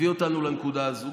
והביא אותנו לנקודה הזאת.